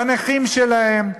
בנכים שלהם,